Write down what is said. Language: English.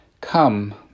Come